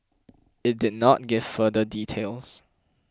it did not give further details